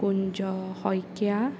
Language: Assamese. কুঞ্জ শইকীয়া